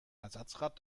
ersatzrad